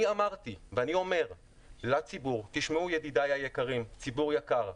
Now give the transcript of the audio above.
אני אמרתי ואני אומר לציבור: תשמעו, ציבור יקר,